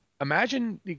imagine